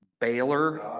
Baylor